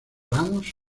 ramos